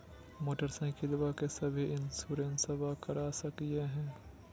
मोटरसाइकिलबा के भी इंसोरेंसबा करा सकलीय है?